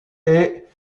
est